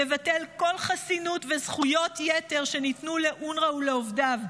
תבטל כל חסינות וזכויות יתר שניתנו לאונר"א ולעובדיו,